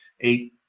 eight